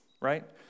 right